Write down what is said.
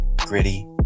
gritty